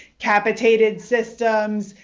capitated systems,